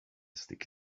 stick